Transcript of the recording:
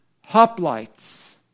hoplites